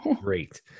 Great